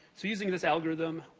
so, using this algorithm,